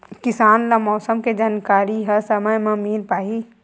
किसान ल मौसम के जानकारी ह समय म मिल पाही?